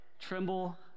Tremble